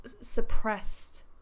suppressed